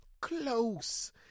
close